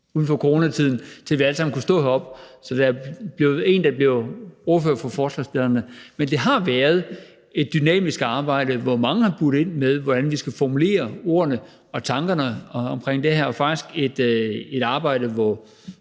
uden for coronatiden – til, at vi alle sammen kunne stå heroppe, og så er der jo en, der bliver ordfører for forslagsstillerne. Men det har været et dynamisk arbejde, hvor mange har budt ind med, hvordan vi skal formulere ordene og tankerne omkring det her, og det er faktisk et arbejde, hvor